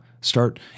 Start